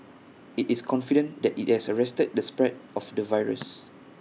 IT is confident that IT has arrested the spread of the virus